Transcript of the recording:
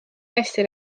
hästi